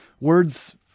words